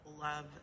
love